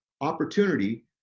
opportunity